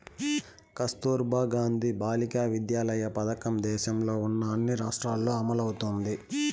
కస్తుర్బా గాంధీ బాలికా విద్యాలయ పథకం దేశంలో ఉన్న అన్ని రాష్ట్రాల్లో అమలవుతోంది